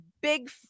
big